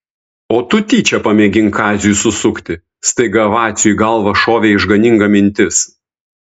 o tu tyčia pamėgink kaziui susukti staiga vaciui į galvą šovė išganinga mintis